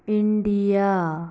India